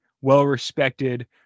well-respected